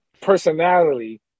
personality